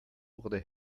wurde